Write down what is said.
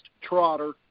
trotter